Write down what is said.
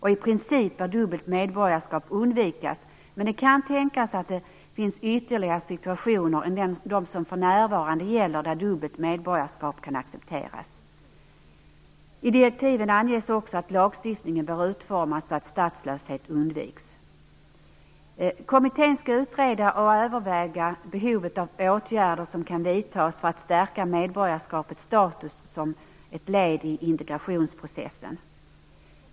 I princip bör dubbelt medborgarskap undvikas, men det kan tänkas att det finns ytterligare situationer än vad som för närvarande gäller där dubbelt medborgarskap kan accepteras. I direktiven anges också att lagstiftningen bör utformas så att statslöshet undviks. Kommittén skall utreda och överväga behovet av åtgärder som kan vidtas för att stärka medborgarskapets status som ett led i integrationsprocessen.